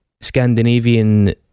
Scandinavian